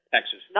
Texas